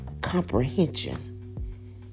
comprehension